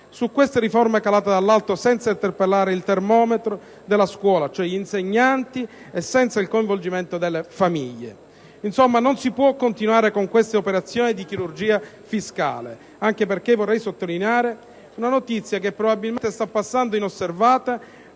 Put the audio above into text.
su queste riforme calate dall'alto, senza interpellare il termometro della scuola, cioè gli insegnanti, e senza il coinvolgimento delle famiglie. Insomma, non si può continuare con queste operazioni di chirurgia fiscale, anche perché vorrei sottolineare una notizia che probabilmente sta passando inosservata,